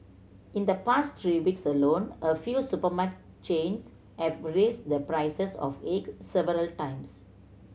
in the past three weeks alone a few supermarket chains have raised the prices of eggs several times